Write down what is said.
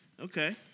Okay